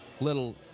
little